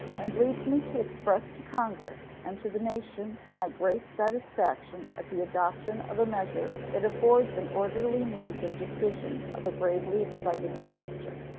and leads me to express to congress and to the nation my great satisfaction at the adoption of a measure that affords an orderly means of decision of a gravely exciting question.